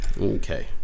Okay